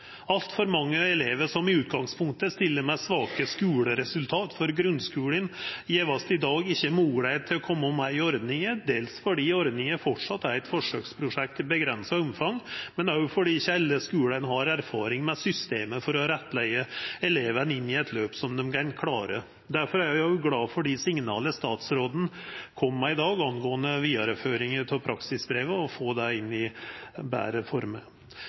for å få eit betre system. Altfor mange elevar som i utgangspunktet stiller med svake skuleresultat frå grunnskulen, vert i dag ikkje gjeve moglegheit til å koma med i ordninga – dels fordi ordninga framleis er eit forsøksprosjekt i avgrensa omfang, men òg fordi ikkje alle skulane har erfaring og system for å rettleia elevane inn i eit løp som dei kan klara. Difor er eg glad for dei signala statsråden kom med i dag angåande vidareføringa av praksisbrevet og å få det inn i betre